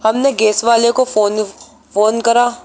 ہم نے گیس والے کو فون فون کرا